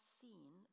seen